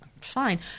fine